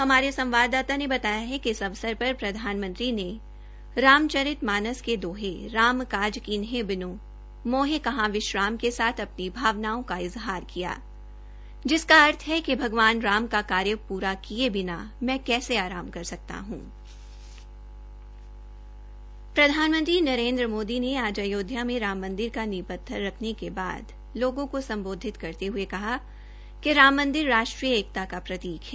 हमारे संवाददाता ने बताया कि इस अवसर पर प्रधानमंत्री ने राम चरितमानस के दौहे राम काज किन्हे बिनु मोहि कहा विश्राम के साथ अपनी भावनाओं को हज़हार किया जिसाक अर्थ है कि अगवान राम का कार्य पूरा किये बिना में कैसे आराम कर सकता हूं प्रधानमंत्री नरेन्द्र मोदी ने आज अयोध्या में राम मंदिर का नींव पत्थर रखने के बाद लोगों को सम्बोधित करते हये कहा कि राम मंदिर राष्ट्रीय एकता का प्रतीक है